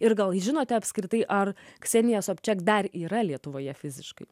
ir gal žinote apskritai ar ksenija slapčia dar yra lietuvoje fiziškai